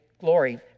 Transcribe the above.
glory